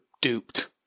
duped